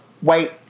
white